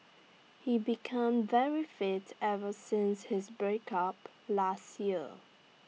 he become very fit ever since his breakup last year